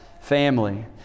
family